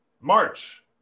March